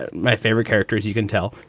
ah my favorite characters, you can tell,